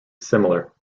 similar